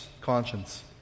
conscience